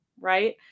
right